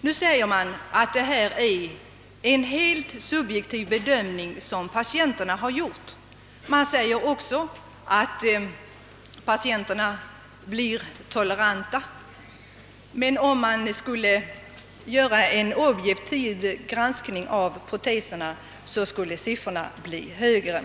missnöjda med proteserna. Detta är en helt subjektiv bedömning som patienterna har gjort, och man framhåller också att patienterna blir toleranta och att om man skulle göra en objektiv granskning av proteserna skulle siffrorna bli högre.